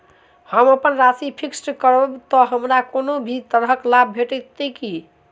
हम अप्पन राशि फिक्स्ड करब तऽ हमरा कोनो भी तरहक लाभ भेटत की?